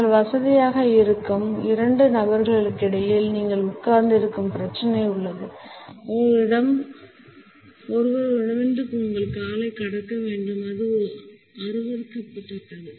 நீங்கள் வசதியாக இருக்கும் இரண்டு நபர்களுக்கிடையில் நீங்கள் உட்கார்ந்திருக்கும் பிரச்சினை உள்ளது அவர்களில் ஒருவரிடமிருந்து உங்கள் காலை கடக்க வேண்டும் அது அருவருக்கத்தக்கது